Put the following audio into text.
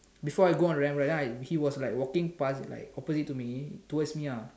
before I go on the ramp right then I he was like walking past like opposite to me towards me lah